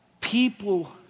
people